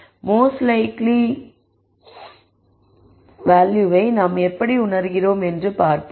most likely வேல்யூவை நாம் எப்படி உணருகிறோம் என்று பார்ப்போம்